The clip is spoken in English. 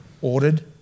ordered